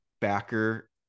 backer